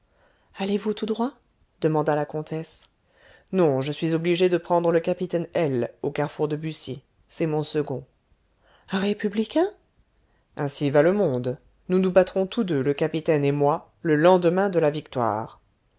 allez-vous tout droit demanda la comtesse non je suis obligé de prendre le capitaine l au carrefour de buci c'est mon second un républicain ainsi va le monde nous nous battrons tous deux le capitaine et moi le lendemain de la victoire